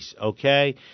okay